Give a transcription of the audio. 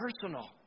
personal